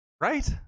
right